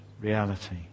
reality